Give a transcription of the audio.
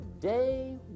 day